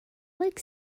like